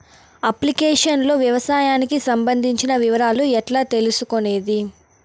Application లో వ్యవసాయానికి సంబంధించిన వివరాలు ఎట్లా తెలుసుకొనేది?